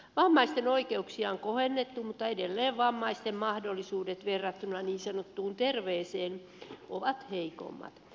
vammaisten oikeuksia on kohennettu mutta edelleen vammaisten mahdollisuudet verrattuna niin sanottuun terveeseen ovat heikommat